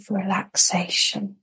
relaxation